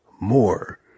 more